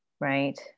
right